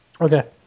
Okay